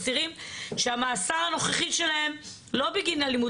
אסירים שהמאסר הנוכחי שלהם לא בגין אלימות